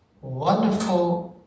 wonderful